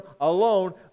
alone